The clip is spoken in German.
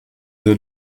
der